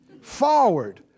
Forward